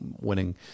winning